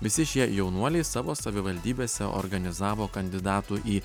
visi šie jaunuoliai savo savivaldybėse organizavo kandidatų į